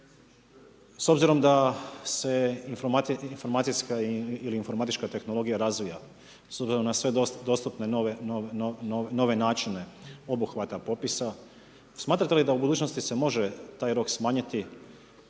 S obzirom da se informacijska ili informatička tehnologija razvija, s obzirom na sve dostupne nove, nove načine obuhvata popisa, smatrate li da se u budućnosti može taj rok smanjiti